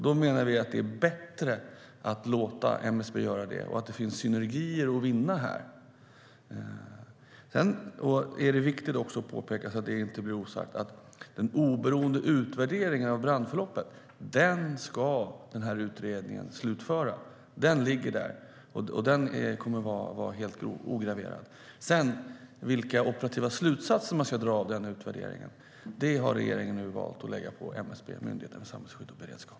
Då menar vi att det är bättre att låta MSB göra det och att det finns synergier att vinna här. Det är också viktigt att påpeka, så att det inte blir osagt, att den oberoende utvärderingen av brandförloppet ska slutföras av den här utredningen. Den ligger där och kommer att vara helt ograverad. Vilka operativa slutsatser man sedan ska dra av denna utvärdering har regeringen nu valt att lägga på MSB, Myndigheten för samhällsskydd och beredskap.